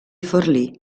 forlì